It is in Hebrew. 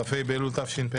כ"ה באלול התשפ"א,